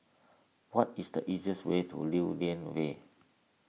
what is the easiest way to Lew Lian Vale